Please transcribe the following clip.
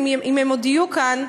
אם הם עוד יהיו כאן,